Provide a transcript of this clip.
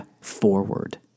forward